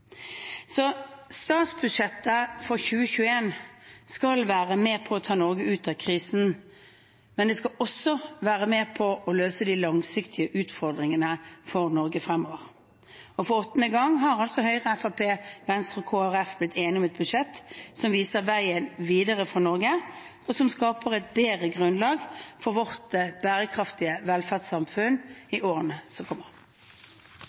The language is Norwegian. Statsbudsjettet for 2021 skal være med på å ta Norge ut av krisen, men det skal også være med på å løse de langsiktige utfordringene for Norge fremover. For åttende gang har altså Høyre, Fremskrittspartiet, Venstre og Kristelig Folkeparti blitt enige om et budsjett som viser veien videre for Norge, og som skaper et bedre grunnlag for vårt bærekraftige velferdssamfunn i årene som kommer.